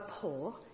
poor